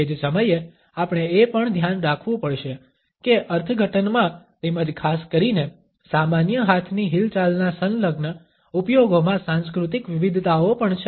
તે જ સમયે આપણે એ પણ ધ્યાન રાખવું પડશે કે અર્થઘટનમાં તેમજ ખાસ કરીને સામાન્ય હાથની હિલચાલના સંલગ્ન ઉપયોગોમાં સાંસ્કૃતિક વિવિધતાઓ પણ છે